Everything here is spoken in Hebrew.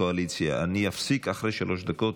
קואליציה, אני אפסיק אחרי שלוש דקות.